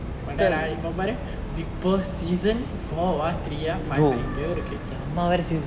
but then ah இப்ப பாரு:ippe paaru biggboss season four three ah five ah எங்கெயோ இருக்கு:enggeyo irukku